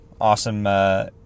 awesome